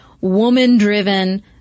woman-driven